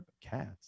Cats